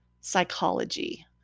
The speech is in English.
psychology